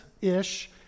ish